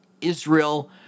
Israel